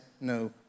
no